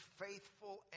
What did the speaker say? faithful